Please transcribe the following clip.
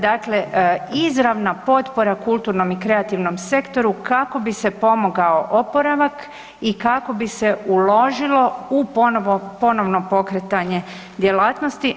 Dakle, izravna potpora kulturnom i kreativnom sektoru kako bi se pomogao oporavak i kako bi se uložilo u ponovno pokretanje djelatnosti.